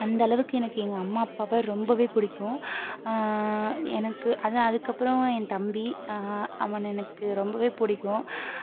அந்தளவுக்கு எனக்கு எங்கள் அம்மா அப்பாவை ரொம்பவே பிடிக்கும் எனக்கு அதுதான் அதுக்கப்பறம் என் தம்பி அவனை எனக்கு ரொம்பவே பிடிக்கும்